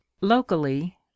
locally